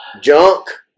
junk